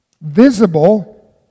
visible